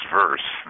verse